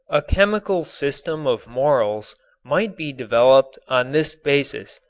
a chemical system of morals might be developed on this basis.